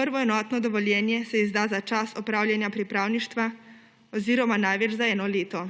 Prvo enotno dovoljenje se izda za čas opravljanja pripravništva oziroma največ za eno leto.